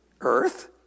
earth